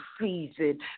season